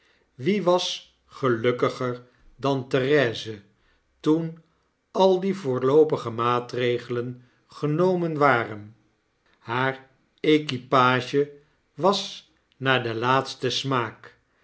wie was gelukkiger dan therese toen al die voorloopige maatregelen genomen waren hare equipage was naar den laatsten smaak